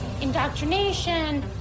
indoctrination